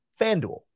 Fanduel